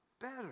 better